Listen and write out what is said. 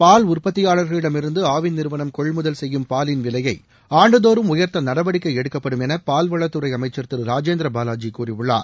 பால் உற்பத்தியாளர்களிடமிருந்து ஆவின் நிறுவனம் கொள்முதல் கெய்யும் பாலின் விலையை ஆண்டுதோறும் உயர்த்த நடவடிக்கை எடுக்கப்படும் என பால்வளத்துறை அமைச்சர் திரு ராஜேந்திர பாவாஜி கூறியுள்ளார்